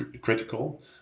critical